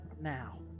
now